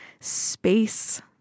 space